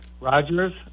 Rogers